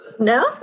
No